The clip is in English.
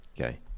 Okay